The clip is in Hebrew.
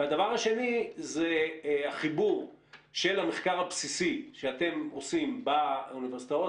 והדבר השני הוא החיבור של המחקר הבסיסי שאתם עושים באוניברסיטאות,